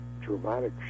dramatic